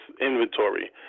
inventory